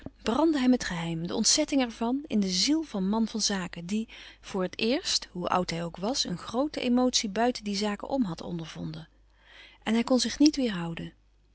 brandde hem het geheim de ontzetting ervan in de ziel van man van zaken die voor het eerst hoe oud hij ook was een groote emotie buiten die zaken om had ondervonden en hij kon zich niet